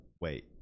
wait